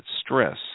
stress